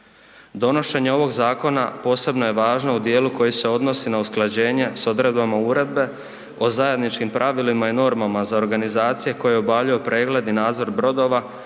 Donošenje ovog zakona posebno je važno u dijelu koji se odnosi na usklađenje s odredbama Uredbe o zajedničkim pravilima i normama za organizacije koje obavljaju pregled i nadzor brodova